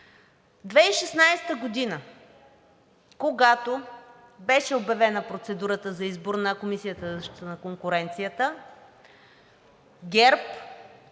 2016 г., когато беше обявена процедурата за избор на Комисията за защита на конкуренцията, ГЕРБ